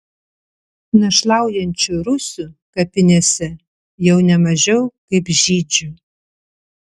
našlaujančių rusių kapinėse jau ne mažiau kaip žydžių